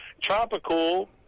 Tropical